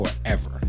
forever